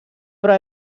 però